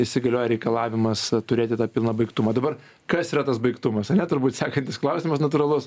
įsigalioja reikalavimas turėti tą pilną baigtumą dabar kas yra tas baigtumas ane turbūt sekantis klausimas natūralus